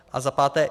A za páté.